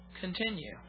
continue